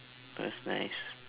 that's nice